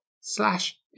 slash